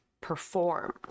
performed